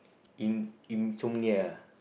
insomnia